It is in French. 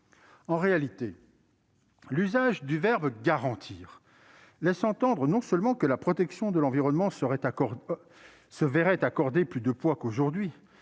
En réalité, l'usage du verbe « garantir » laisse entendre non seulement que la protection de l'environnement se verrait accorder « plus de poids » qu'aujourd'hui